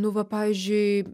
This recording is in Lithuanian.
nu va pavyzdžiui